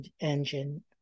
engine